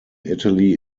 italy